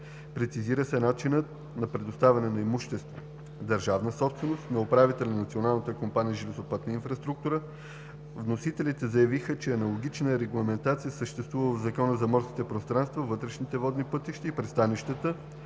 Прецизира се начинът на предоставяне на имущество – държавна собственост, за управление на Национална компания „Железопътна инфраструктура“. Вносителите заявиха, че аналогична регламентация съществува в Закона за морските пространства, вътрешните водни пътища и пристанищата